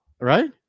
Right